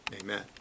amen